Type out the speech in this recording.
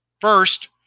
First